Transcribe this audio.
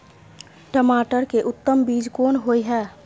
टमाटर के उत्तम बीज कोन होय है?